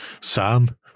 Sam